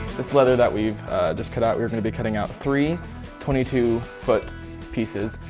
this leather that we've just cut out, we're going to be cutting out three twenty two foot pieces,